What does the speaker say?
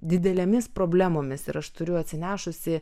didelėmis problemomis ir aš turiu atsinešusi